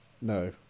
No